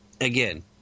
again